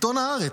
עיתון הארץ,